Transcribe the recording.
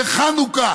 וחנוכה,